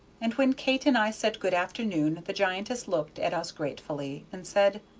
and when kate and i said good afternoon the giantess looked at us gratefully, and said,